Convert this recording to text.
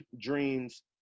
dreams